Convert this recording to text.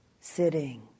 sitting